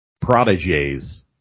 prodigies